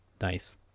Nice